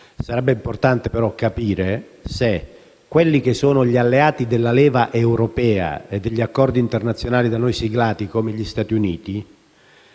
Sarebbe però importante capire se quelli che sono gli alleati della leva europea e degli accordi internazionali da noi siglati, come gli Stati Uniti,